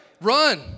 Run